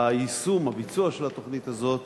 והיישום, הביצוע של התוכנית הזאת